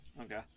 Okay